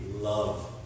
love